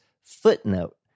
footnote